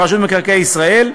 של רשות מקרקעי ישראל,